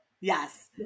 Yes